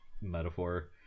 metaphor